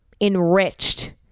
enriched